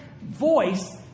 voice